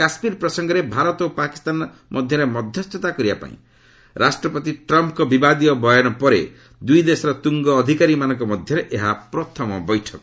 କାଶୁୀର ପ୍ରସଙ୍ଗରେ ଭାରତ ଓ ପାକିସ୍ତାନ ମଧ୍ୟସ୍ଥତା କରିବାପାଇଁ ରାଷ୍ଟ୍ରପତି ଟ୍ରମ୍ପ୍ଙ୍କ ବିବାଦୀୟ ବୟାନ ପରେ ଦୁଇ ଦେଶର ତୁଙ୍ଗ ଅଧିକାରୀମାନଙ୍କ ମଧ୍ୟରେ ଏହା ପ୍ରଥମ ବୈଠକ